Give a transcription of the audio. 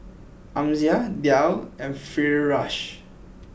Amsyar Dhia and Firash